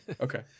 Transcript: Okay